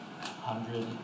hundred